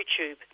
YouTube